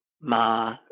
ma